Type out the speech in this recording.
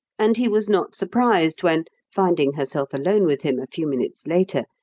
and he was not surprised when, finding herself alone with him a few minutes later,